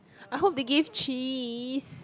I hope they give cheese